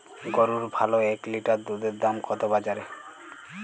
গরুর ভালো এক লিটার দুধের দাম কত বাজারে?